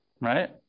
Right